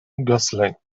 gosselin